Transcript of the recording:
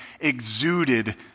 exuded